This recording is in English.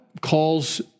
calls